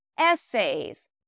essays